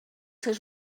seus